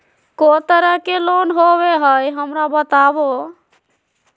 को तरह के लोन होवे हय, हमरा बताबो?